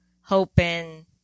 hoping